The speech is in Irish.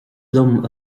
liom